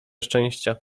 szczęścia